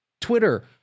Twitter